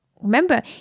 remember